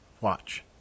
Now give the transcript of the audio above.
watch